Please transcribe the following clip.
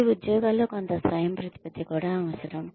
వారి ఉద్యోగాల్లో కొంత స్వయంప్రతిపత్తి కూడా అవసరం